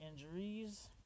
injuries